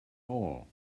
all